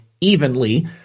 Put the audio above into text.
evenly